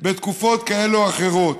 בתקופות כאלו או אחרות.